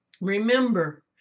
Remember